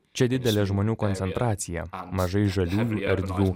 čia didelė žmonių koncentracija mažai žaliųjų erdvių